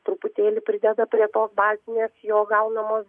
truputėlį prideda prie to bazinės jo gaunamo